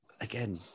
again